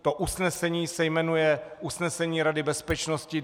Toto usnesení se jmenuje usnesení Rady Bezpečnosti 1244.